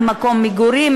עם מקום מגורים,